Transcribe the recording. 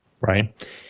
right